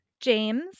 James